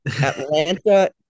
Atlanta